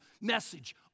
message